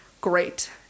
great